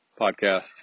podcast